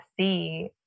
see